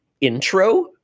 intro